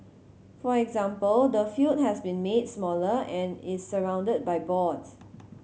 for example the field has been made smaller and is surrounded by boards